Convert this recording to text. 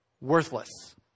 worthless